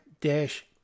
dash